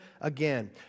again